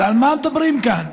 אז על מה מדברים כאן?